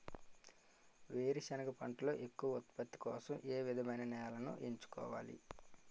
వేరుసెనగ పంటలో ఎక్కువ ఉత్పత్తి కోసం ఏ విధమైన నేలను ఎంచుకోవాలి?